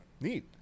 neat